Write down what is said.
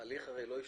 ההליך לא ישתנה.